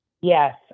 Yes